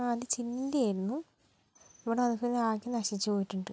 ആ അത് ചില്ലിൻ്റെ ആയിരുന്നു ഇവിടെ വന്നപ്പോൾ ആകെ നശിച്ച് പോയിട്ടുണ്ട്